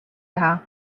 teha